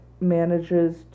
manages